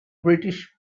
british